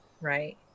right